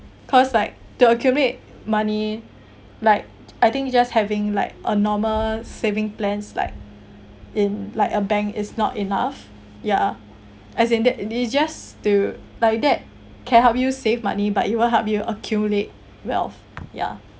cause like to accumulate money like I think just having like a normal saving plans like in like a bank is not enough ya as in that they just to like that can help you save money but it won't help you accumulate wealth ya